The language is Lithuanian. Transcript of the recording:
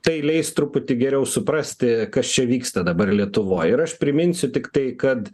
tai leis truputį geriau suprasti kas čia vyksta dabar lietuvoj ir aš priminsiu tiktai kad